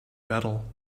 battle